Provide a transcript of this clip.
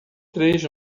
três